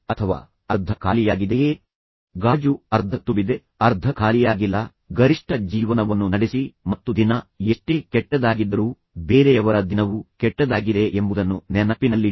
ತದನಂತರ ಈ ಇನ್ನೊಬ್ಬ ವ್ಯಕ್ತಿಯು ಹೇಳುತ್ತಾನೆ ನೆನಪಿಡಿ ನಿಮ್ಮ ಗಾಜು ಅರ್ಧ ತುಂಬಿದೆ ಅರ್ಧ ಖಾಲಿಯಾಗಿಲ್ಲ ಗರಿಷ್ಠ ಜೀವನವನ್ನು ನಡೆಸಿ ಮತ್ತು ನಿಮ್ಮ ದಿನ ಎಷ್ಟೇ ಕೆಟ್ಟದಾಗಿದ್ದರೂ ಬೇರೆಯವರ ದಿನವು ಕೆಟ್ಟದಾಗಿದೆ ಎಂಬುದನ್ನು ನೆನಪಿನಲ್ಲಿಡಿ